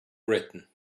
britain